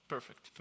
Perfect